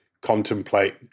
contemplate